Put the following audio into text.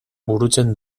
burutzen